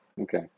Okay